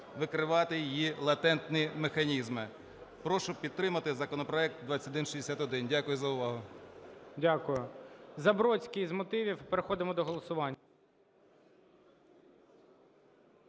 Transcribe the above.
викривати її латентні механізми. Прошу підтримати законопроект 2161. Дякую за увагу. ГОЛОВУЮЧИЙ. Дякую. Забродський - з мотивів. І переходимо до голосування.